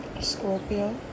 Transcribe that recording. Scorpio